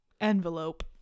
Envelope